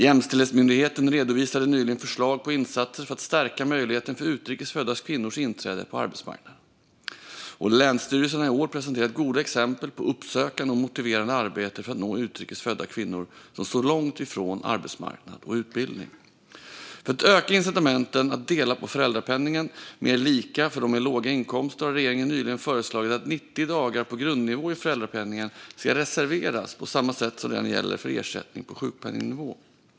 Jämställdhetsmyndigheten redovisade nyligen förslag på insatser för att stärka möjligheterna för utrikes födda kvinnors inträde på arbetsmarknaden, och länsstyrelserna har i år presenterat goda exempel på uppsökande och motiverande arbete för att nå utrikes födda kvinnor som står långt ifrån arbetsmarknad och utbildning. För att öka incitamenten att dela föräldrapenningen mer lika för dem med låga inkomster har regeringen nyligen föreslagit att 90 dagar på grundnivå i föräldrapenningen ska reserveras på samma sätt som redan gäller för ersättning på sjukpenningnivå.